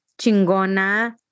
chingona